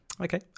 Okay